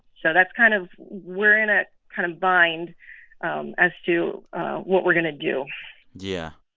so that's kind of we're in a kind of bind um as to what we're going to do yeah.